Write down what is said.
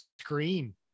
screen